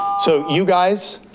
so you guys,